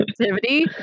activity